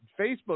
Facebook